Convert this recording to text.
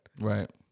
Right